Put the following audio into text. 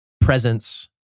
presence